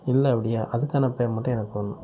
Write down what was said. இல்லை அப்படியா அதுக்கான பேமெண்ட்டும் எனக்கு வர்ணும்